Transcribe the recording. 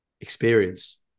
experience